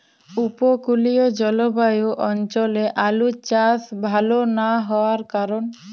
উপকূলীয় জলবায়ু অঞ্চলে আলুর চাষ ভাল না হওয়ার কারণ?